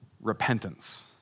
repentance